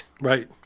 Right